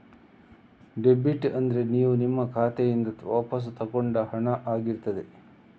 debit ಅಂದ್ರೆ ನೀವು ನಿಮ್ಮ ಖಾತೆಯಿಂದ ವಾಪಸ್ಸು ತಗೊಂಡ ಹಣ ಆಗಿರ್ತದೆ